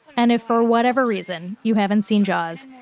and if, for whatever reason, you haven't seen jaws,